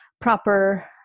proper